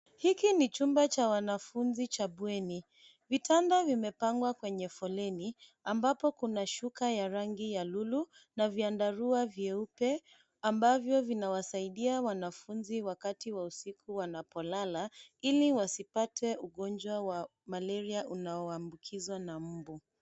Hiki ni chumba cha wanafunzi cha bweni. Vitanda vimepangwa kwenye foleni ambapo kuna shuka ya rangi ya lulu na vyandarua vyeupe ambavyo vinawasaidia wanafunzi wakati wa usiku wanapolala ili wasipate ugonjwa wa malaria unaoambukizwa na mbu.